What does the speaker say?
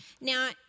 Now